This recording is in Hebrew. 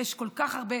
כי יש כל כך הרבה